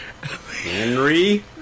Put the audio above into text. Henry